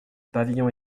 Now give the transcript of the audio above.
pavillon